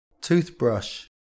Toothbrush